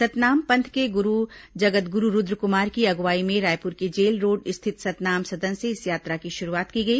सतनाम पंथ के गुरू जगत गुरू रूद्रकुमार की अगुवाई में रायपुर के जेल रोड स्थित सतनाम सदन से इस यात्रा की शुरूआत की गई